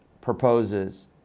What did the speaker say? proposes